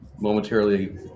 momentarily